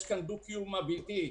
יש כאן דו-קיום אמיתי.